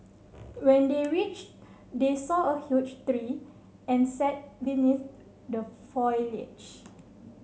when they reached they saw a huge tree and sat beneath the foliage